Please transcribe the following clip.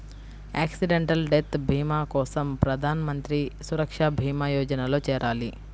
accidental death భీమా కోసం ప్రధాన్ మంత్రి సురక్షా భీమా యోజనలో చేరాలి